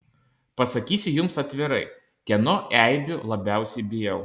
pasakysiu jums atvirai kieno eibių labiausiai bijau